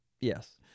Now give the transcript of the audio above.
Yes